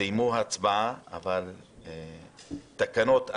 סיימו את ההצבעה ותקנות אין.